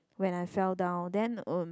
when I fell down then um